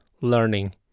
learning